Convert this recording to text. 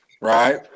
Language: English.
Right